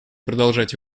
продолжать